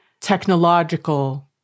technological